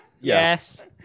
Yes